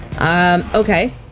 okay